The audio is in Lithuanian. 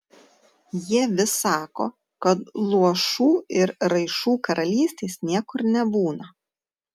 jie vis sako kad luošų ir raišų karalystės niekur nebūna